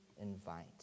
invite